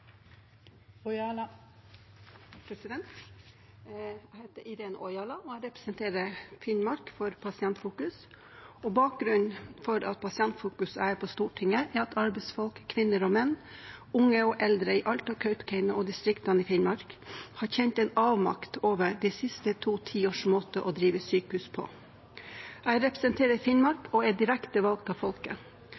på Stortinget, er at arbeidsfolk, kvinner og menn, unge og eldre, i Alta, Kautokeino og distriktene i Finnmark har kjent en avmakt over de siste to tiårs måte å drive sykehus på. Jeg representerer Finnmark